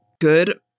good